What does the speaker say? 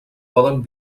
poden